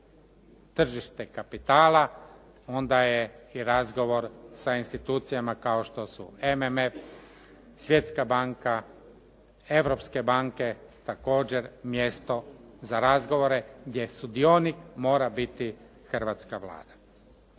tržište kapitala onda je i razgovor sa institucijama kao što su MMF, Svjetska banka, europske banke također mjesto za razgovore gdje sudionik mora biti hrvatska Vlada.